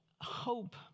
Hope